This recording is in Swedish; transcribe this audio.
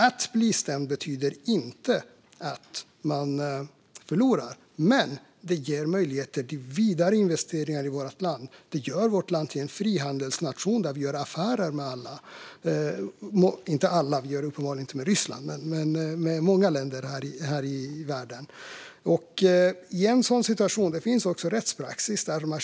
Att bli stämd betyder inte att man förlorar. Men det ger möjligheter till vidare investeringar i vårt land. Det gör vårt land till en frihandelsnation där vi gör affärer med många länder i världen. Vi gör inte affärer med alla. Vi gör det uppenbarligen inte med Ryssland. I en sådan situation finns också rättspraxis.